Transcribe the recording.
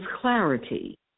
clarity